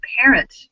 parent